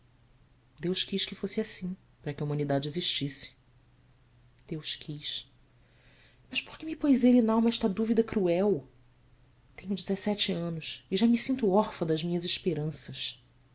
deus quis que fosse assim para que a humanidade existisse eus quis mas por que me pôs ele n'alma esta dúvida cruel tenho dezessete anos e já me sinto órfã das minhas esperanças